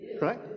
right